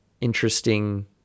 interesting